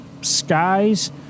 skies